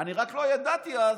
אני רק לא ידעתי אז